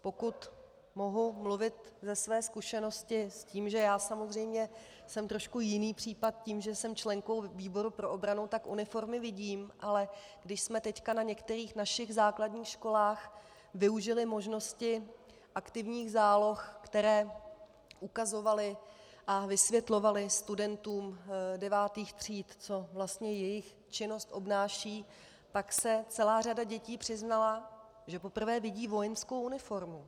Pokud mohu mluvit ze své zkušenosti, s tím, že já samozřejmě jsem trošku jiný případ tím, že jsem členkou výboru pro obranu, tak uniformy vidím, ale když jsme teď na některých našich základních školách využili možnosti aktivních záloh, které ukazovaly a vysvětlovaly studentům devátých tříd, co vlastně jejich činnost obnáší, tak se celá řada dětí přiznala, že poprvé vidí vojenskou uniformu.